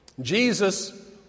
Jesus